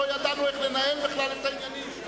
לא ידענו בכלל איך לנהל את העניינים.